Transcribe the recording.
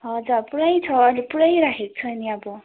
हजुर पुरै छ अहिले पुरै राखेको छ नि अब